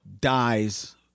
dies